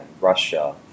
Russia